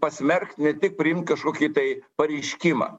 pasmerkt ne tik priimt kažkokį tai pareiškimą